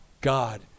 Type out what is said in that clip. God